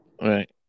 Right